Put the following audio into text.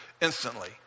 instantly